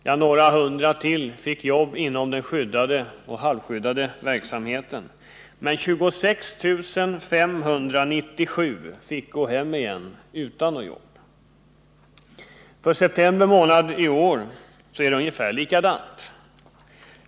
Ja, några hundra till fick jobb inom den skyddade och halvskyddade verksamheten, men 26 597 fick gå hem igen utan något jobb. För september månad i år är det ungefär likadant.